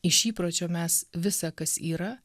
iš įpročio mes visa kas yra